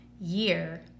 year